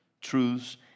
truths